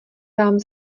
vám